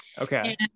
Okay